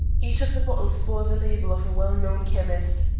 each of the bottles bore the label of a well-known chemist.